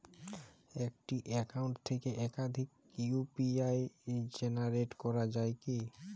একটি অ্যাকাউন্ট থেকে একাধিক ইউ.পি.আই জেনারেট করা যায় কি?